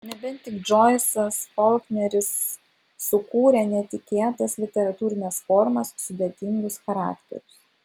nebent tik džoisas folkneris sukūrę netikėtas literatūrines formas sudėtingus charakterius